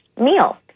meal